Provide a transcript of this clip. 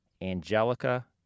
Angelica